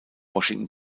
washington